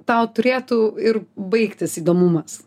tau turėtų ir baigtis įdomumas